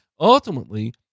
ultimately